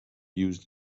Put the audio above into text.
used